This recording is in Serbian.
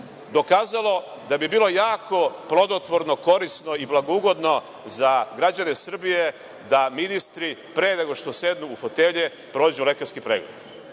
dokazalo da bi bilo jako prodotvorno, korisno i blagougodno za građane Srbije da ministri pre nego što sednu u fotelje prođu lekarski pregled.